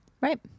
Right